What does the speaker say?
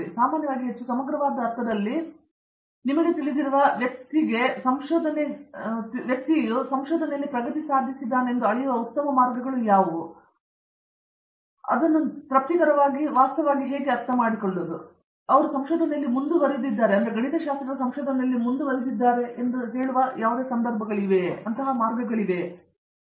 ಆದರೆ ಸಾಮಾನ್ಯವಾಗಿ ಹೆಚ್ಚು ಸಮಗ್ರವಾದ ಅರ್ಥದಲ್ಲಿ ವಿಶೇಷವಾಗಿ ನಿಮಗೆ ತಿಳಿದಿರುವ ವ್ಯಕ್ತಿಗೆ ಸಂಶೋಧನೆಗಾಗಿ ತಮ್ಮ ಪ್ರಗತಿಯನ್ನು ಅಳೆಯುವ ಉತ್ತಮ ಮಾರ್ಗಗಳು ಯಾವುವು ಎಂದು ನೀವು ತಿಳಿಯುವಿರಿ ಆದ್ದರಿಂದ ತಮ್ಮ ತೃಪ್ತಿಗಾಗಿ ಅವರು ವಾಸ್ತವವಾಗಿ ಅರ್ಥಮಾಡಿಕೊಳ್ಳುತ್ತಾರೆ ಅವರು ಸಂಶೋಧನೆಯಲ್ಲೂ ಮುಂದುವರೆಯುತ್ತಿದ್ದಾರೆ ವಿಶೇಷವಾಗಿ ಗಣಿತಶಾಸ್ತ್ರಕ್ಕೆ ಸಂಬಂಧಿಸಿದಂತೆ ನಾವು ಹೇಳೋಣ ತಮ್ಮ ಸಂದರ್ಭಗಳನ್ನು ವಿಶ್ಲೇಷಿಸಲು ತಾವು ಯೋಚಿಸುವ ಮಾರ್ಗಗಳಿವೆ ಎಂದು ನೀವು ಯೋಚಿಸಿದ್ದೀರಾ